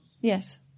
Yes